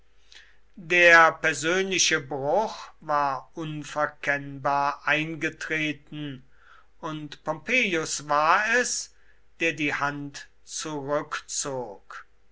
der persönliche bruch war unverkennbar eingetreten und pompeius war es der die hand zurückzog